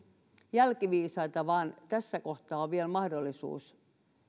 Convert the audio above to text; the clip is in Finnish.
jälkiviisaita vaan tässä kohtaa on vielä se mahdollisuus